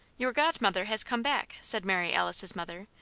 your godmother has come back, said mary alice's mother,